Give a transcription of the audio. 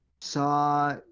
saw –